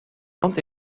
land